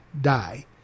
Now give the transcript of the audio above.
die